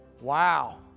Wow